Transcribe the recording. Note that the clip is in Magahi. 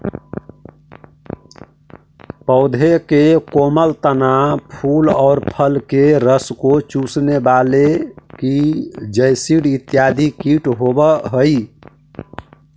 पौधों के कोमल तना, फूल और फल के रस को चूसने वाले की जैसिड इत्यादि कीट होवअ हई